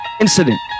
Incident